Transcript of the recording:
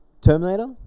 Terminator